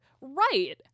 Right